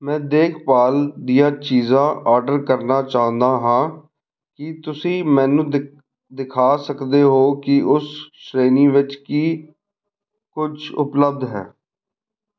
ਮੈਂ ਦੇਖਭਾਲ ਦੀਆਂ ਚੀਜ਼ਾਂ ਆਰਡਰ ਕਰਨਾ ਚਾਹੁੰਦਾ ਹਾਂ ਕੀ ਤੁਸੀਂ ਮੈਨੂੰ ਦਿ ਦਿਖਾ ਸਕਦੇ ਹੋ ਕਿ ਉਸ ਸ਼੍ਰੇਣੀ ਵਿੱਚ ਕੀ ਕੁਛ ਉਪਲੱਬਧ ਹੈ